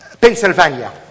Pennsylvania